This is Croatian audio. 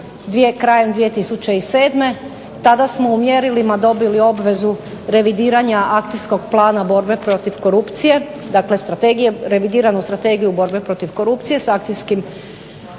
krajem 2007., tada smo u mjerilima dobili obvezu revidiranja Akcijskog plana borbe protiv korupcije dakle revidiranu Strategiju borbe protiv korupcije s Akcijskim planom,